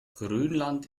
grönland